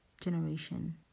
generation